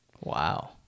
Wow